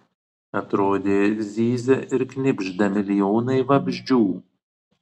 atrodė zyzia ir knibžda milijonai vabzdžių